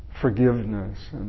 forgiveness